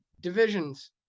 Divisions